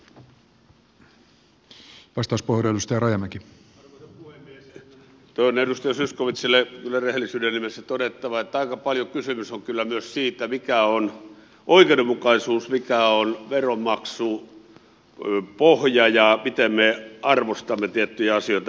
nyt on edustaja zyskowiczille kyllä rehellisyyden nimessä todettava että aika paljon kysymys on kyllä myös siitä mikä on oikeudenmukaisuus mikä on veronmaksupohja ja miten me arvostamme tiettyjä asioita